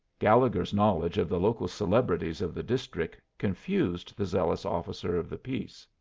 gallegher's knowledge of the local celebrities of the district confused the zealous officer of the peace.